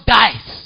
dies